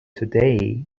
today